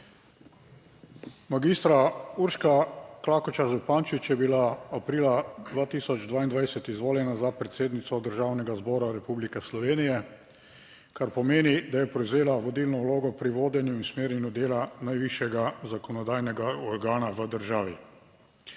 Magistra Urška Klakočar Zupančič je bila aprila 2022 izvoljena za predsednico Državnega zbora Republike Slovenije, kar pomeni, da je prevzela vodilno vlogo pri vodenju in usmerjanju dela najvišjega zakonodajnega organa v državi.